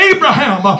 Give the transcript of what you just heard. Abraham